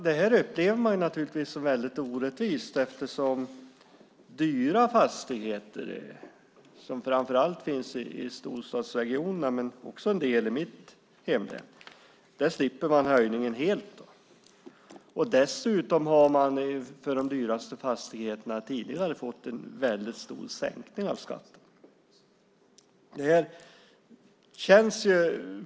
Det upplever man naturligtvis som väldigt orättvist eftersom man helt slipper höjning för dyra fastigheter som framför allt finns i storstadsregionerna men även i mitt hemlän. Dessutom har man tidigare fått en väldigt stor sänkning av skatten för de dyraste fastigheterna.